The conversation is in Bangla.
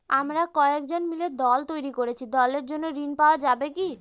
আমরা কয়েকজন মিলে দল তৈরি করেছি দলের জন্য ঋণ পাওয়া যাবে কি?